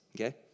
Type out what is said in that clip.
okay